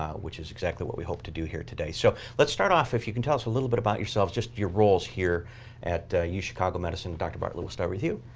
um which is exactly what we hope to do here today. so let's start off. if you can tell us a little bit about yourself, just your roles here at uchicago medicine. dr. bartlett, we'll start with you.